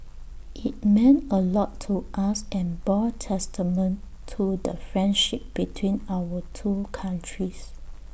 IT meant A lot to us and bore testament to the friendship between our two countries